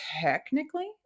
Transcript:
technically